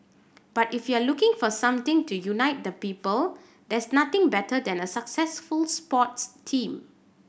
but if you're looking for something to unite the people there's nothing better than a successful sports team